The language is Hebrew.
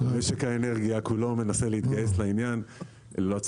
משק האנרגיה כולו מנסה להתגייס לעניין, ללא הצלחה.